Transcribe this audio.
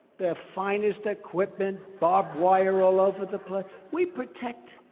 they're finest equipment, barbed wire all over the pla we protect